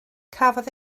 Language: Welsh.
cafodd